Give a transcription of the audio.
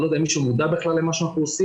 אני לא יודע אם מישהו מודע בכלל למה שאנחנו עושים,